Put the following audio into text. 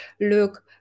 look